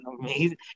amazing